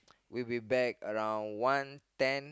we will be back around one ten